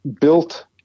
built –